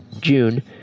June